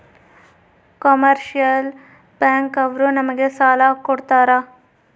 commercial bank ಅವ್ರು ನಮ್ಗೆ ಸಾಲ ಕೊಡ್ತಾರ